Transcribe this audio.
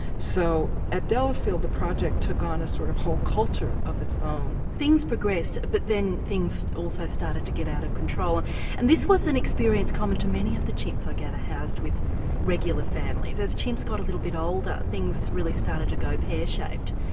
so at dellafield the project took on a sort of whole culture of its own. things progressed but then things also started to get out of control and this was an experience common to many of the chimps, i gather, housed with regular families. as chimps got a little bit older things really started to go pear-shaped.